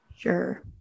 Sure